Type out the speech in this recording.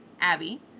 Abby